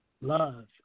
love